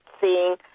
seeing